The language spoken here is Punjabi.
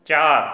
ਚਾਰ